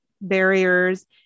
barriers